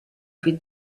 più